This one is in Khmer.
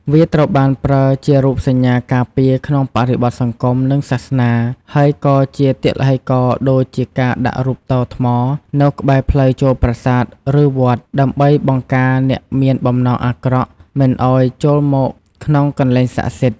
វាត្រូវបានប្រើជារូបសញ្ញាការពារក្នុងបរិបទសង្គម និងសាសនា ហើយក៏ជាទឡ្ហិករណ៍ដូចជាការដាក់រូបតោថ្មនៅក្បែរផ្លូវចូលប្រាសាទ ឬវត្ត ដើម្បីបង្ការអ្នកមានបំណងអាក្រក់ មិនឲ្យចូលមកក្នុងកន្លែងសក្តិសិទ្ធិ។